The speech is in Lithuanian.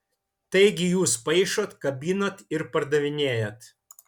taigi jūs paišot kabinat ir pardavinėjat